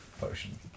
Potion